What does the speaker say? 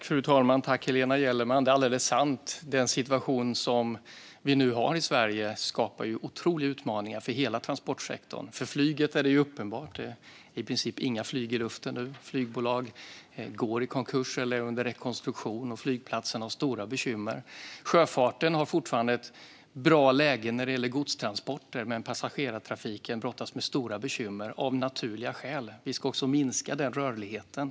Fru talman! Detta är alldeles sant, Helena Gellerman. Den situation som vi nu har i Sverige skapar otroliga utmaningar för hela transportsektorn. För flyget är det uppenbart. Det är i princip inga flyg i luften nu. Flygbolag går i konkurs eller är under rekonstruktion. Flygplatserna har stora bekymmer. Sjöfarten har fortfarande ett bra läge när det gäller godstransporter, men passagerartrafiken brottas av naturliga orsaker med stora bekymmer. Det är ju så att vi ska minska rörligheten.